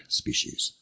species